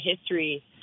history